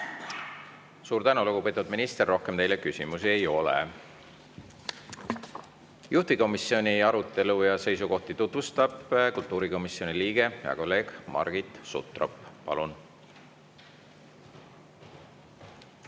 Suur tänu, lugupeetud minister! Rohkem teile küsimusi ei ole. Juhtivkomisjoni arutelu ja seisukohti tutvustab kultuurikomisjoni liige, hea kolleeg Margit Sutrop. Palun!